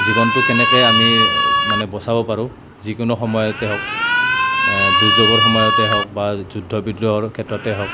জীৱনটো কেনেকে আমি মানে বচাব পাৰোঁ যিকোনো সময়তে হওক দুৰ্যোগৰ সময়তে হওক বা যুদ্ধ বিগ্ৰহৰ ক্ষেত্ৰতে হওক